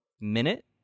Minute